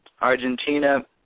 Argentina